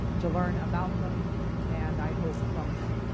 to learn about them and i hope from them.